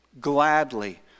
gladly